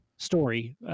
story